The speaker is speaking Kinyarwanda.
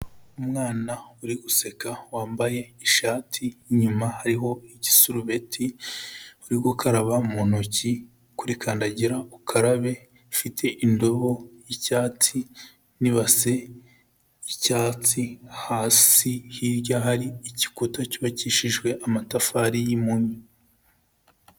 Umwana uri guseka wambaye ishati inyuma hariho igisurubeti, uri gukaraba mu ntoki kuri kandagira ukarabe ifite indobo y'icyatsi n'ibase y'icyatsi, hasi hirya hari igikuta cyubakishijwe amatafari y'impunyu.